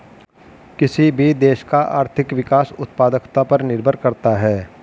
किसी भी देश का आर्थिक विकास उत्पादकता पर निर्भर करता हैं